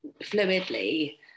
fluidly